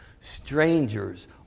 strangers